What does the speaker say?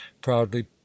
proudly